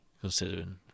considering